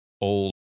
old